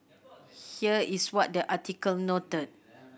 here is what the article noted